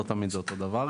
לטעמי זה אותו דבר,